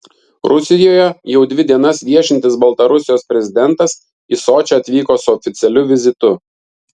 rusijoje jau dvi dienas viešintis baltarusijos prezidentas į sočį atvyko su oficialiu vizitu